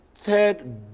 third